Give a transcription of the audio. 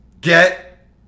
get